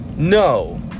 No